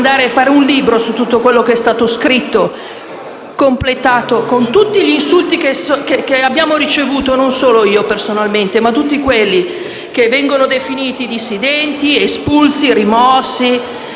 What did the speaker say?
è stato scritto, corredato da tutti gli insulti che abbiamo ricevuto, non soltanto io, ma tutti quelli che vengono definiti dissidenti, espulsi, rimossi,